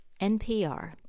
NPR